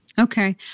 Okay